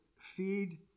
feed